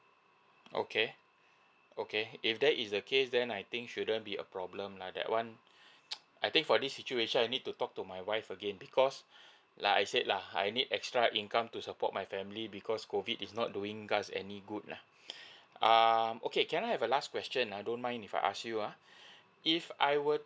okay okay if that is the case then I think shouldn't be a problem lah that one I think for this situation I need to talk to my wife again because like I said lah I need extra income to support my family because COVID is not doing us any good lah um okay can I have a last question uh don't mind if I ask you uh if I were